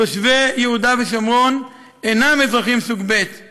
תושבי יהודה ושומרון אינם אזרחים סוג ב';